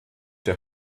der